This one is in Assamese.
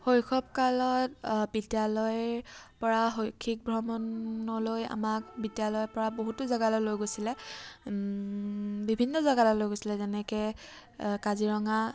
শৈশৱকালত বিদ্যালয়ৰপৰা শৈক্ষিক ভ্ৰমণলৈ আমাক বিদ্যালয়ৰপৰা বহুতো জাগালৈ লৈ গৈছিলে বিভিন্ন জেগালৈ লৈ গৈছিলে যেনেকৈ কাজিৰঙা